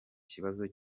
kibazo